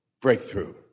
breakthrough